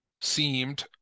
seemed